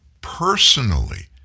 personally